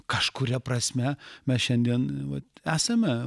kažkuria prasme mes šiandien vat esame